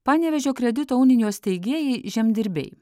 panevėžio kredito unijos steigėjai žemdirbiai